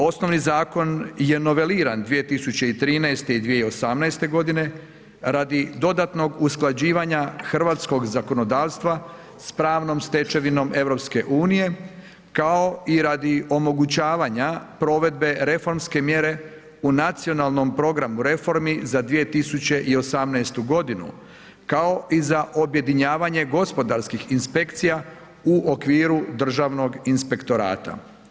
Osnovni zakon je noveliran 2013. i 2018. godine radi dodatnog usklađivanja hrvatskog zakonodavstva sa pravnom stečevinom EU kao i radi omogućavanja provedbe reformske mjere u nacionalnom programu reformi za 2018. godinu kao i za objedinjavanje gospodarskih inspekcija u okviru državnog inspektorata.